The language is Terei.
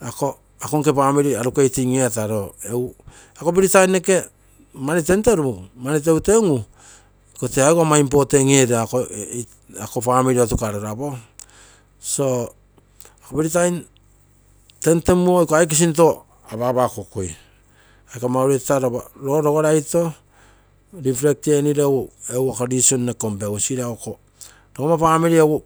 ako nke famili aukeitin etaro egu fee taim noke mani temterugu, mani teuteungu iko tee aigou ama important ene ako famili otuka rero apo so ako fee taim temtemurogu aiko aike sinto apaapakokui, aike ama ureita lopa loo logoraito repet enino egu ako reason noke kompegui sirausu egu ako logomma famili.